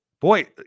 Boy